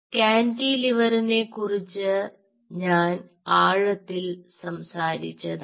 കാൻന്റിലിവറിനെ കുറിച്ച് ഞാൻ ആഴത്തിൽ സംസാരിച്ചതാണ്